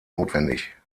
notwendig